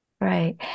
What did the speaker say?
Right